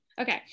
Okay